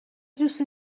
دوستی